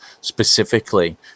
specifically